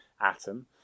atom